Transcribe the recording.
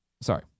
sorry